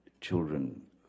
children